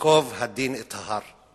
ייקוב הדין את ההר.